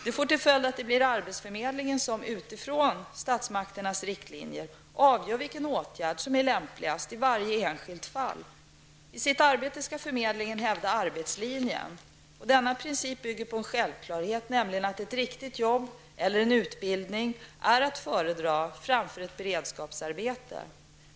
Det får till följd att det blir arbetsförmedlingen som, utifrån statsmakternas riktlinjer, avgör vilken åtgärd som är lämpligast i varje enskilt fall. I sitt arbete skall förmedlingen hävda arbetslinjen. Denna princip bygger på en självklarhet, nämligen att ett riktigt arbete eller en utbildning är att föredra framför ett beredskapsarbete.